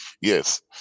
yes